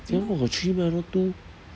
singapore got three meh I thought two